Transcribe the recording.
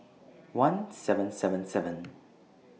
one seven seven seven